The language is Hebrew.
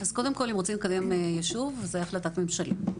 קודם כל אם רוצים לקדם ישוב, זו החלטת ממשלה.